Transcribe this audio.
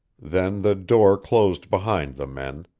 then the door closed behind the men.